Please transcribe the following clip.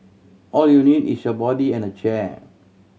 all you need is your body and a chair